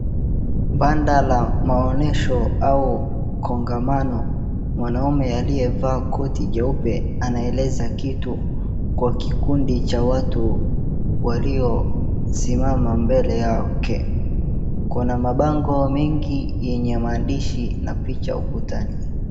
Banda la maonesho au kongamano, mwanaume aliyevaa koti jeupe anaeleza kitu kwa kikundi cha watu waliosimama mbele yake, kuna mabango mingi yenye maandishi na picha ukutani.